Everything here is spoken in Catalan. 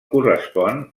correspon